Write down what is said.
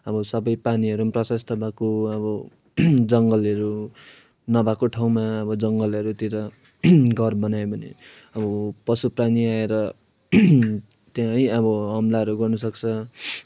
अब सबै पानीहरू पनि प्रशस्त भएको अब जङ्गलहरू नभएको ठाउँमा अब जङ्गलहरूतिर घर बनायो भने अब पशुप्राणी आएर त्यहाँ है अब हमलाहरू गर्नुसक्छ